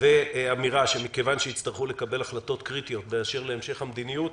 ואמירה שמכיוון שיצטרכו לקבל החלטות קריטיות באשר להמשך המדיניות